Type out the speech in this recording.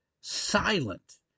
silent